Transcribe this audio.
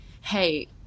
Hey